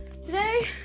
today